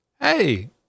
Hey